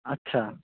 আচ্ছা